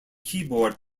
keyboard